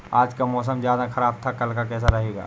आज का मौसम ज्यादा ख़राब था कल का कैसा रहेगा?